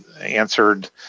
answered